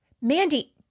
Mandy